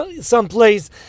someplace